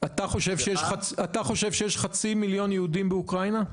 אני פותחת ישיבת סטטוס.